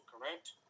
correct